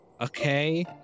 okay